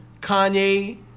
Kanye